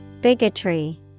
Bigotry